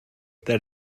that